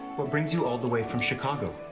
what brings you all the way from chicago?